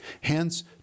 Hence